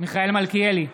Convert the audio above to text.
מיכאל מלכיאלי,